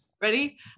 Ready